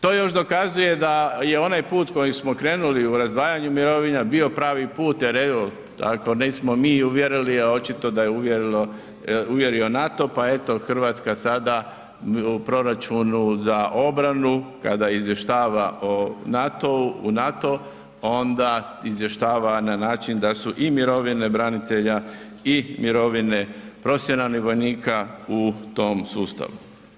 To još dokazuje da je onaj put kojim smo krenuli u razdvajanje mirovina bio pravi put jer evo, ako nismo mi uvjerili, očito da je uvjerio NATO pa eto, Hrvatska sada u proračunu za obranu kada izvještava u NATO, onda izvještava na način da su i mirovine branitelja i mirovine profesionalnih vojnika u tom sustavu.